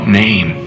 name